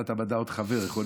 עוד חבר בוועדת המדע.